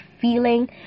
feeling